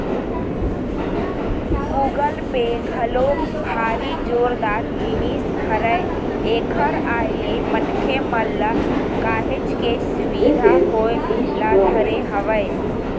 Google पे घलोक भारी जोरदार जिनिस हरय एखर आय ले मनखे मन ल काहेच के सुबिधा होय ल धरे हवय